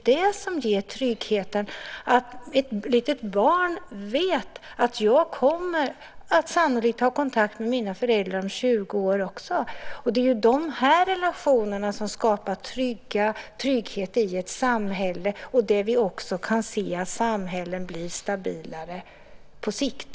Det som ger trygghet är att ett litet barn vet att det sannolikt kommer att ha kontakt med sina föräldrar också om 20 år. Det är ju sådana relationer som skapar trygghet i ett samhälle och som gör att samhället blir stabilare på sikt.